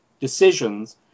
decisions